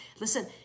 Listen